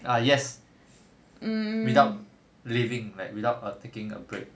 ah yes without leaving like without err taking a break